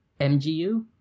mgu